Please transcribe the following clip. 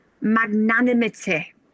magnanimity